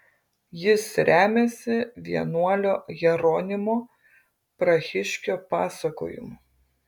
jis remiasi vienuolio jeronimo prahiškio pasakojimu